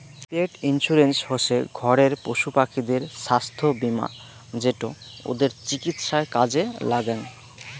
পেট insurance হসে ঘরের পশুপাখিদের ছাস্থ্য বীমা যেটো ওদের চিকিৎসায় কাজে লাগ্যাং